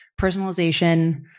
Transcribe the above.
personalization